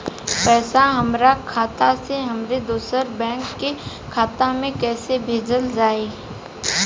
पैसा हमरा खाता से हमारे दोसर बैंक के खाता मे कैसे भेजल जायी?